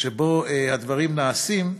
שבהם הדברים נעשים,